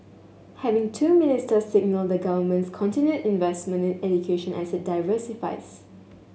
having two ministers signal the Government's continued investment in education as it diversifies